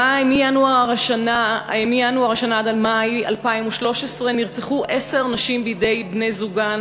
מינואר עד מאי 2013 נרצחו עשר נשים בידי בני-זוגן,